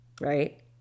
Right